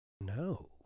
no